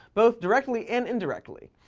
both directly and indirectly.